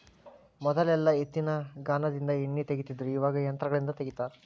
ಮೊದಲೆಲ್ಲಾ ಎತ್ತಿನಗಾನದಿಂದ ಎಣ್ಣಿ ತಗಿತಿದ್ರು ಇವಾಗ ಯಂತ್ರಗಳಿಂದ ತಗಿತಾರ